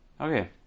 okay